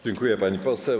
Dziękuję, pani poseł.